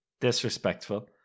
disrespectful